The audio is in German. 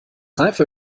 reifer